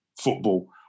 football